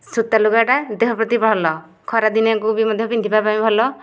ସୂତା ଲୁଗାଟା ଦେହ ପ୍ରତି ଭଲ ଖରାଦିନିଆକୁ ବି ମଧ୍ୟ ପିନ୍ଧିବା ପାଇଁ ଭଲ